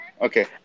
Okay